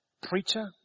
Preacher